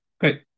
Great